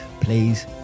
Please